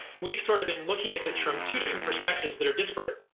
we've sort of been looking at this from two different perspectives that are disparate.